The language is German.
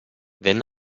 wenn